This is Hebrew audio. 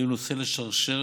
היו נושא לשרשרת